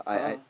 (uh huh)